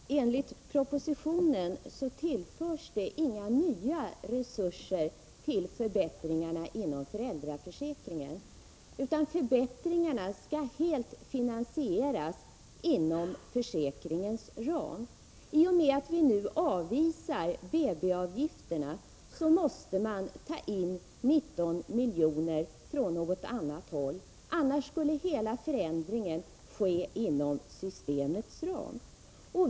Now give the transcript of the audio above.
Herr talman! Enligt propositionen tillförs det inga nya resurser till förbättringarna inom föräldraförsäkringen, utan förbättringarna skall helt finansieras inom försäkringens ram. I och med att vi nu avvisar BB avgifterna, måste man ta in 19 milj.kr. från något annat håll, annars skulle hela finansieringen ske inom systemets ram.